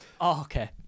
Okay